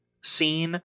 scene